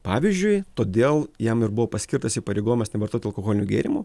pavyzdžiui todėl jam ir buvo paskirtas įpareigojimas nevartoti alkoholinių gėrimų